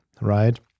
right